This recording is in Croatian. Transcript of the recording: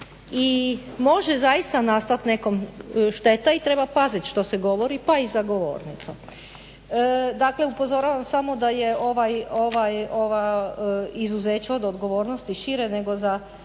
i može zaista nastati nekom šteta i treba paziti što se govori, pa i za govornicom. Dakle upozoravam samo da je ova izuzeća odgovornosti šire nego za